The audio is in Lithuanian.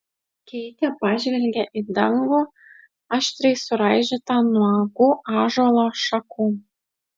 keitė pažvelgė į dangų aštriai suraižytą nuogų ąžuolo šakų